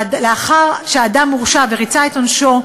לאחר שאדם הורשע וריצה את עונשו,